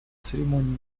церемонии